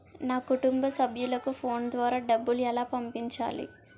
నా కుటుంబ సభ్యులకు ఫోన్ ద్వారా డబ్బులు ఎలా పంపించాలి?